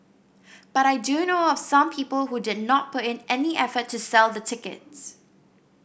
but I do know of some people who did not put in any effort to sell the tickets